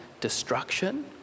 destruction